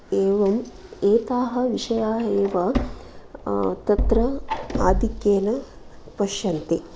एवं एताः विषयाः एव तत्र आधिक्येन पश्यन्ति